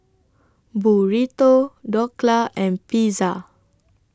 Burrito Dhokla and Pizza